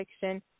fiction